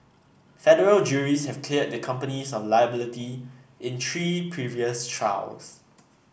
federal juries have cleared the companies of liability in three previous trials